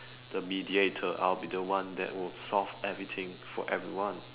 the mediator I'll be the one that will solve everything for everyone